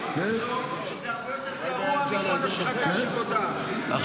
כזאת שזה הרבה יותר גרוע מכל השחתה --- אגב,